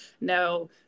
no